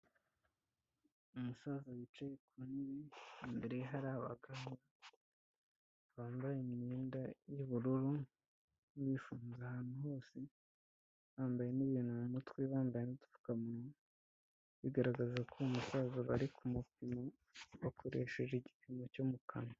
Umusaza wicaye ku ntebe imbere hari abagabo bambaye imyenda y'ubururu bifunze ahantu hose hambaye n'ibintu mu mutwe bambaye n'udupfukamunwa, bigaragaza ko uwo musaza bari kumupima bakoresheje igipimo cyo mu kanwa.